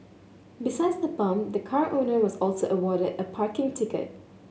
besides the bump the car owner was also awarded a parking ticket